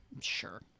Sure